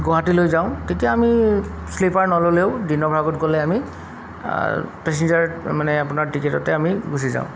গুৱাহাটীলৈ যাওঁ তেতিয়া আমি শ্লিপাৰ নল'লেও দিনৰ ভাগত গ'লে আমি পেছেঞ্জাৰ মানে আপোনাৰ টিকেটতে আমি গুচি যাওঁ